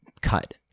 cut